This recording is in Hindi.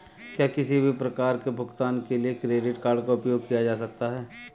क्या किसी भी प्रकार के भुगतान के लिए क्रेडिट कार्ड का उपयोग किया जा सकता है?